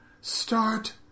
start